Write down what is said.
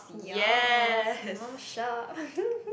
ya small shark